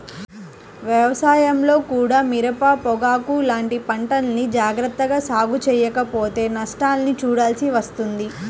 వ్యవసాయంలో కూడా మిరప, పొగాకు లాంటి పంటల్ని జాగర్తగా సాగు చెయ్యకపోతే నష్టాల్ని చూడాల్సి వస్తుంది